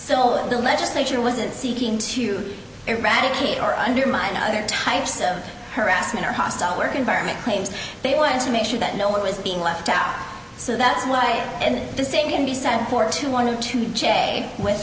so the legislature wasn't seeking to eradicate or undermine other types of harassment or hostile work environment claims they wanted to make sure that no one was being left out so that's what i and the same can be said for two hundred two jag with